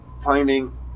finding